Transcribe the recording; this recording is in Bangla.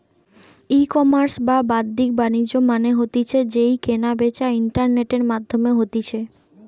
ইকমার্স বা বাদ্দিক বাণিজ্য মানে হতিছে যেই কেনা বেচা ইন্টারনেটের মাধ্যমে হতিছে